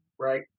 Right